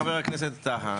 חבר הכנסת טאהא,